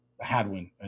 Hadwin